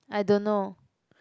I don't know